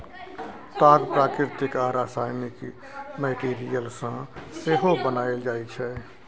ताग प्राकृतिक आ रासायनिक मैटीरियल सँ सेहो बनाएल जाइ छै